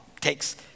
takes